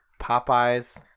Popeye's